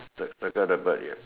the circle the bird yes